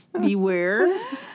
beware